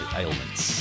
ailments